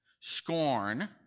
scorn